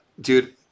Dude